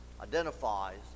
identifies